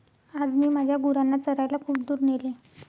आज मी माझ्या गुरांना चरायला खूप दूर नेले